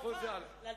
חינוך חובה ל-2016,